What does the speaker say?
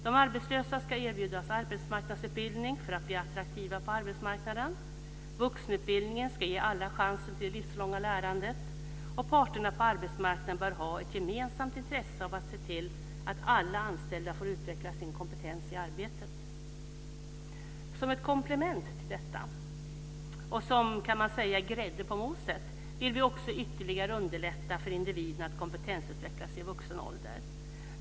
De arbetslösa ska erbjudas arbetsmarknadsutbildning för att bli attraktiva på arbetsmarknaden, vuxenutbildningen ska ge alla chansen till det livslånga lärandet och parterna på arbetsmarknaden bör ha ett gemensamt intresse av att se till att alla anställda får utveckla sin kompetens i arbetet. Som ett komplement till detta och som, kan man säga, grädde på moset vill vi också ytterligare underlätta för individen att kompetensutvecklas i vuxen ålder.